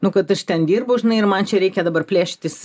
nu kad aš ten dirbu žinai ir man čia reikia dabar plėšytis